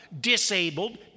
disabled